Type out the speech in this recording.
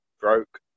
broke